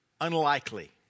unlikely